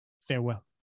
Farewell